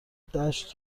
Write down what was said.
دشت